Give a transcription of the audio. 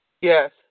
Yes